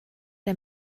der